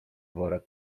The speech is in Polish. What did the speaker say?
wora